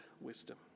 wisdom